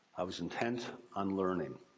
i was intent on learning.